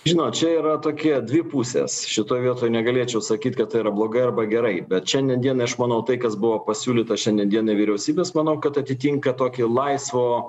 žinot čia yra tokie dvi pusės šitoj vietoj negalėčiau sakyt kad tai yra blogai arba gerai bet šiandien dienai aš manau tai kas buvo pasiūlyta šiandien dienai vyriausybės manau kad atitinka tokį laisvo